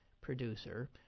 producer